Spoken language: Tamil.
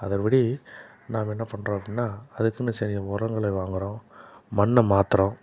அதன்படி நாம் என்ன பண்ணுறோம் அப்புடின்னா அதுக்குன்னு சரியாக உரங்களை வாங்கறோம் மண்ணை மாற்றுறோம்